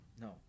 No